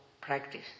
practice